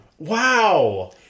Wow